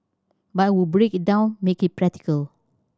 but I would break it down make it practical